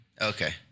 Okay